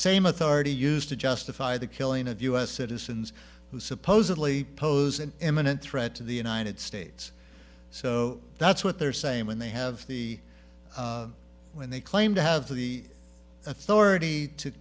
same authority used to justify the killing of u s citizens who supposedly pose an imminent threat to the united states so that's what they're saying when they have the when they claim to have the authority to